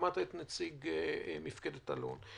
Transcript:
שמעת את נציג מפקדת אלון.